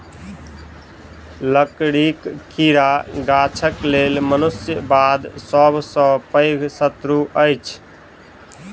लकड़ीक कीड़ा गाछक लेल मनुष्य बाद सभ सॅ पैघ शत्रु अछि